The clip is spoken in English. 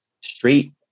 street